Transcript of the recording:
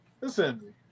listen